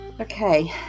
Okay